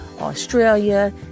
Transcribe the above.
Australia